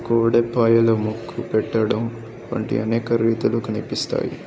కోడేపాయలు మొక్కు పెట్టడం వంటి అనేక రీతులకు కనిపిస్తాయి